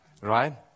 Right